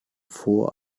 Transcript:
vor